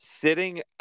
sitting